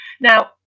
Now